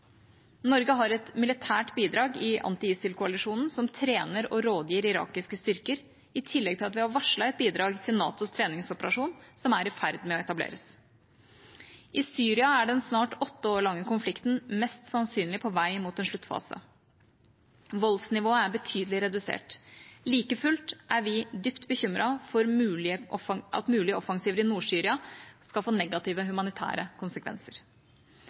Norge har et militært bidrag til anti-ISIL-koalisjonen, som trener og rådgir irakiske styrker, i tillegg til at vi har varslet et bidrag til NATOs treningsoperasjon, som er i ferd med å etableres. I Syria er den snart åtte år lange konflikten mest sannsynlig på vei mot en sluttfase. Voldsnivået er betydelig redusert. Like fullt er vi dypt bekymret for at mulige offensiver i Nord-Syria skal få negative humanitære konsekvenser.